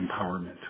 empowerment